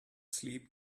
sleep